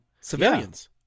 Civilians